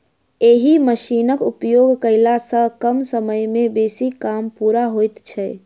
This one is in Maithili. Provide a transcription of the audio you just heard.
एहि मशीनक उपयोग कयला सॅ कम समय मे बेसी काम पूरा होइत छै